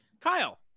Kyle